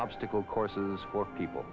obstacle courses for people